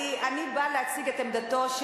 אני באה להציג את עמדתו,